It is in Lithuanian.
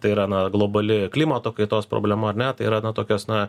tai yra na globali klimato kaitos problema ar ne tai yra na tokios na